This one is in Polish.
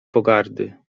pogardy